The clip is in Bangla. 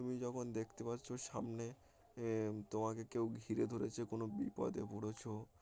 তুমি যখন দেখতে পাচ্ছো সামনে আ তোমাকে কেউ ঘিরে ধরেছে কোনো বিপদে পড়েছ